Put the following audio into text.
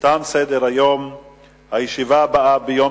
נחמן שי שאל את שר החינוך ביום